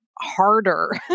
harder